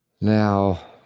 Now